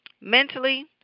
Mentally